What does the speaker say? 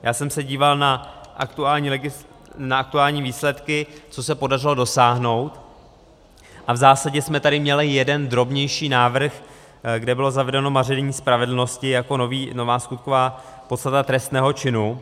Já jsem se díval na aktuální výsledky, co se podařilo dosáhnout, a v zásadě jsme tady měli jeden drobnější návrh, kde bylo zavedeno maření spravedlnosti jako nová skutková podstata trestného činu.